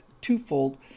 twofold